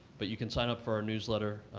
but you can sign up for our newsletter.